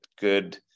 good